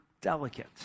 delicate